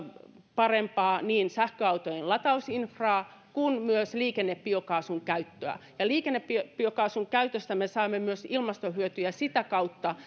parempaa käyttöä niin sähköautojen latausinfraa kuin myös liikennebiokaasun käyttöä liikennebiokaasun käytöstä me saamme myös ilmastohyötyjä sitä kautta